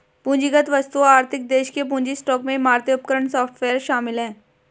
पूंजीगत वस्तुओं आर्थिक देश के पूंजी स्टॉक में इमारतें उपकरण सॉफ्टवेयर शामिल हैं